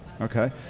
Okay